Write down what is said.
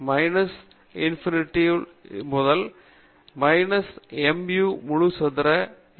எனவே மைனஸ் முடிவிலா இருந்து பிளஸ் முடிவிலா x மைனஸ் mu முழு சதுர f of xdx